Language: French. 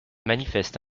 manifeste